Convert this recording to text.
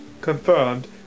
Confirmed